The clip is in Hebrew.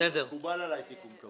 מקובל עליי תיקון קבוע.